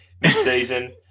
mid-season